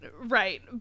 Right